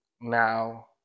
Now